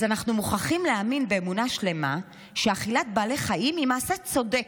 אז אנחנו מוכרחים להאמין באמונה שלמה שאכילת בעלי חיים היא מעשה צודק,